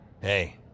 Hey